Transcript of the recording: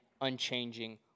unchanging